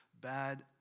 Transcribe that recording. bad